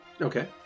Okay